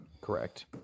Correct